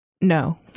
no